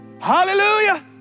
Hallelujah